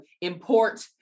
import